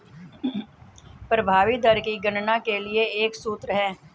प्रभावी दर की गणना के लिए एक सूत्र है